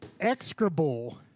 Excrable